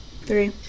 Three